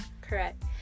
correct